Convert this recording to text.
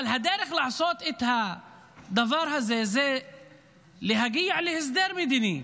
אבל הדרך לעשות את הדבר הזה היא להגיע להסדר מדיני